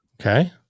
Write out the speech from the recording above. Okay